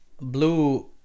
blue